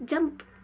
jump